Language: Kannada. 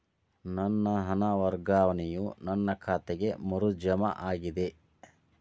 ನನ್ನ ಹಣ ವರ್ಗಾವಣೆಯು ನನ್ನ ಖಾತೆಗೆ ಮರು ಜಮಾ ಆಗಿದೆ